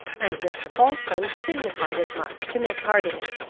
and mr. falkland signified as much to miss hardingham.